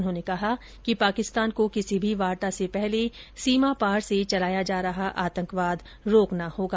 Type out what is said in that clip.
उन्होंने कहा कि पाकिस्तान को किसी भी वार्ता से पहले सीमा पार से चलाया जा रहा आतंकवाद रोकना होगा